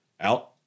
out